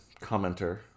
commenter